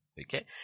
Okay